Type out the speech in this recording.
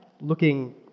looking